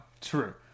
true